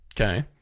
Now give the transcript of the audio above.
Okay